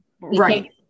Right